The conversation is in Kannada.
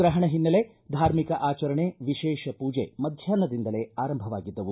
ಗ್ರಹಣ ಹಿನ್ನೆಲೆ ಧಾರ್ಮಿಕ ಆಚರಣೆ ವಿಶೇಷ ಪೂಜೆ ಮಧ್ವಾಹ್ನದಿಂದಲೇ ಆರಂಭವಾಗಿದ್ದವು